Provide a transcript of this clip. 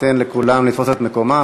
ניתן לכולם לתפוס את מקומותיהם.